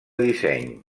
disseny